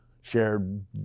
shared